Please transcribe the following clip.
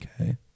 Okay